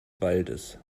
waldes